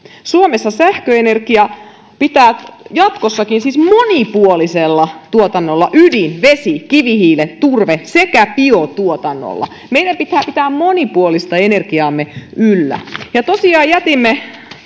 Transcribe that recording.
suomessa sähköenergia pitää jatkossakin tuottaa monipuolisella tuotannolla ydin vesi kivihiili turve sekä biotuotannolla meidän pitää pitää monipuolista energiaamme yllä tosiaan jätimme